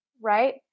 right